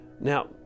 Now